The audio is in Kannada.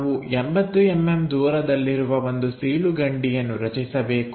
ನಾವು 80mm ದೂರದಲ್ಲಿರುವ ಒಂದು ಸೀಳುಕಂಡಿಯನ್ನು ರಚಿಸಬೇಕು